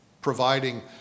providing